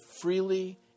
freely